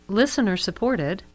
listener-supported